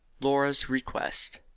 laura's request.